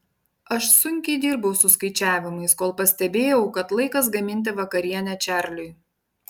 aš sunkiai dirbau su skaičiavimais kol pastebėjau kad laikas gaminti vakarienę čarliui